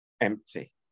empty